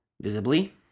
visibly